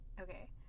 okay